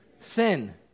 Sin